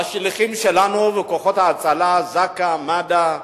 והשליחים שלנו וכוחות ההצלה, זק"א, מד"א,